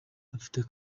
afite